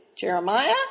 Jeremiah